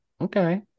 Okay